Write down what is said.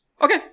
Okay